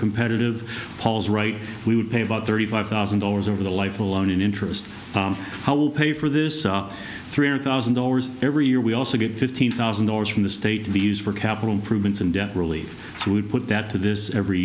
competitive paul's right we would pay about thirty five thousand dollars over the life alone in interest how will pay for this three hundred thousand dollars every year we also get fifteen thousand dollars from the state to be used for capital improvements and debt relief so we put that to this every